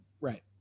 right